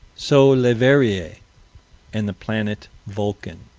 so leverrier and the planet vulcan.